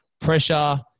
pressure